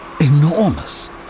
enormous